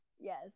Yes